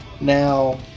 Now